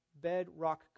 bedrock